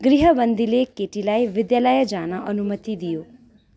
गृहबन्दीले केटीलाई विद्यालय जान अनुमति दियो